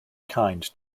kind